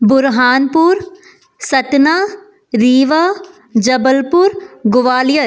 Burhanpur Satna Rewa Jabalpur Gwalior